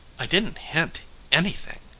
i didn't hint anything,